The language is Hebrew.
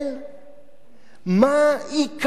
מה עיקר ומה טפל?